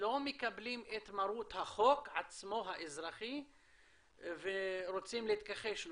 מקבלים את מרות החוק האזרחי ורוצים להתכחש לו.